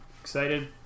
Excited